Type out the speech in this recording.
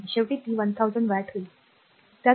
1 आहे शेवटी ती 1000 वॅट होईल बरोबर